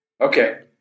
Okay